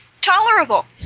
tolerable